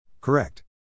Correct